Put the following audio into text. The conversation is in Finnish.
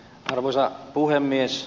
arvoisa puhemies